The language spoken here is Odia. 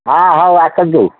ହଁ ହଉ ଆସନ୍ତୁ